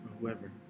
whoever